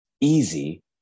easy